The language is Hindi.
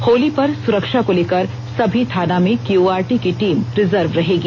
होली पर सुरक्षा को लेकर समी थाना में क्यूआरटी की टीम रिजर्व रहेगी